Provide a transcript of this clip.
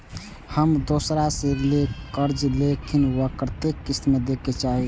हम दोसरा से जे कर्जा लेलखिन वे के कतेक किस्त में दे के चाही?